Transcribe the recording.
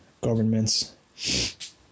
governments